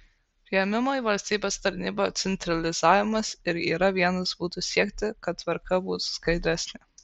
priėmimo į valstybės tarnybą centralizavimas ir yra vienas būdų siekti kad tvarka būtų skaidresnė